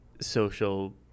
social